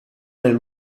nel